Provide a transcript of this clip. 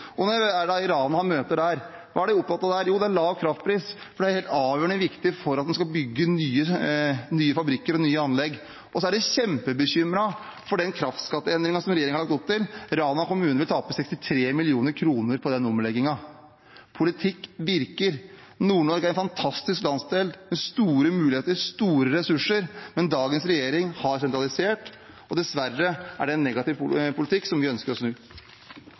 Og når jeg er i Rana og har møter der, hva er det de er opptatt av der? Jo, det er lav kraftpris, for det er helt avgjørende viktig for at man skal kunne bygge nye fabrikker og nye anlegg. Så er de kjempebekymret for den kraftskatteendringen som regjeringen har lagt opp til. Rana kommune vil tape 63 mill. kr på den omleggingen. Politikk virker. Nord-Norge er en fantastisk landsdel med store muligheter, store ressurser, men dagens regjering har sentralisert, og dessverre er det en negativ politikk, som vi ønsker